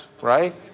right